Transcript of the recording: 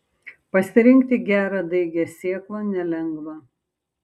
pasirinkti gerą daigią sėklą nelengva